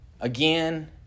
again